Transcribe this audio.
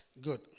Good